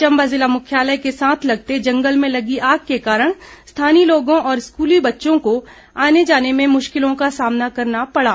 चम्बा जिला मुख्यालय के साथ लगते जंगल में लगी आग के कारण स्थानीय लोगों और स्कूली बच्चों को आने जाने में मुश्किल का सामना करना पड़ा